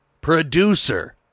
producer